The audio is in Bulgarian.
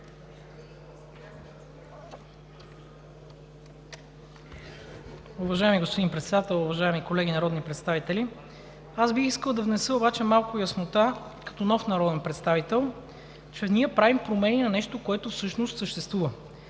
Уважаеми господин Председател, уважаеми колеги народни представители! Бих искал да внеса обаче малко яснота като нов народен представител, че ние правим промени на нещо, което всъщност съществува.